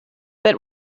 that